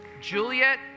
Juliet